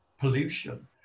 pollution